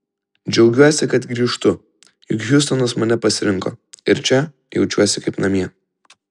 džiaugiuosi kad grįžtu juk hjustonas mane pasirinko ir čia jaučiuosi kaip namie